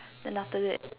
then after that